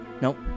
Nope